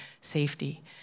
safety